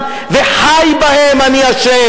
אני יודעת.